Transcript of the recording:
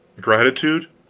gratitude?